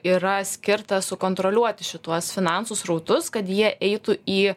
yra skirtas sukontroliuoti šituos finansų srautus kad jie eitų į